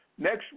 Next